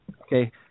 Okay